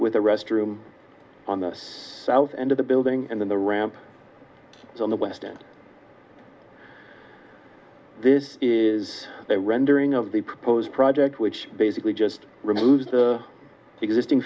with a restroom on the south end of the building and then the ramp on the west end this is a rendering of the proposed project which basically just remove the existing